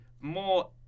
more